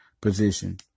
position